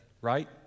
Right